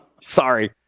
sorry